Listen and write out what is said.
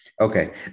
Okay